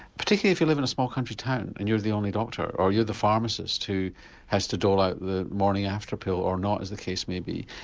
particularly if you live in a small country town and you're the only doctor, or you're the pharmacist who has to dole out the morning after pill or not as the case may be.